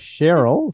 Cheryl